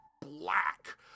black